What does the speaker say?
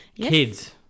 Kids